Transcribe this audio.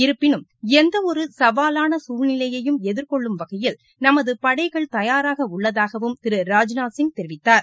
இருப்பினும் எந்த ஒரு சவாலான சூழ்நிலையையும் எதிர்கொள்ளும் வகையில் நமது படைகள் தயாராக உள்ளதாகவும் திரு ராஜ்நாத்சிப் தெரிவித்தார்